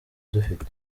dufite